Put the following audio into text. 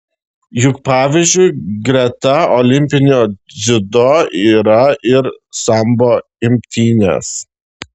juk pavyzdžiui greta olimpinio dziudo yra ir sambo imtynės